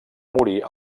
morir